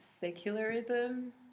secularism